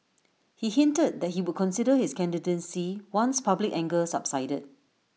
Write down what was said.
he hinted that he would consider his candidacy once public anger subsided